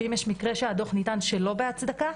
ואם יש מקרה שהדוח ניתן שלא בהצדקה,